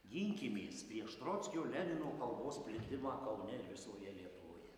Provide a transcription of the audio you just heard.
ginkimės prieš trockio lenino kalbos plitimą kaune ir visoje lietuvoje